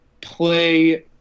play